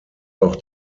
auch